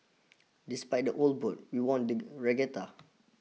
despite the old boat we won the regatta